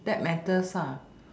that matters ah